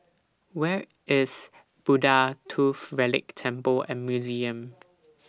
Where IS Buddha Tooth Relic Temple and Museum